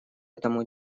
этому